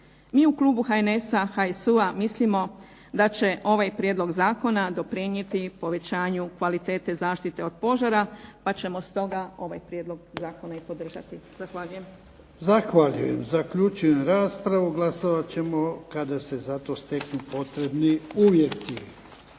MI u Klubu HNS-a HSU-a mislimo da će ovaj Prijedlog zakona doprinijeti razvoju kvalitete zaštite od požara pa ćemo stoga ovaj Prijedlog zakona i podržati. Zahvaljujem. **Jarnjak, Ivan (HDZ)** Zahvaljujem. Zaključujem raspravu, glasovat ćemo kada se za to steknu uvjeti.